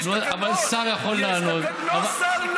יואל חסון, למה אתה חושב שזה לא בסדר?